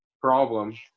problem